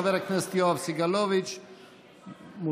חבר הכנסת יואב סגלוביץ' מוזמן.